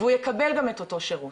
והוא יקבל גם את אותו שירות,